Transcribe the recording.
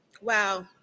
Wow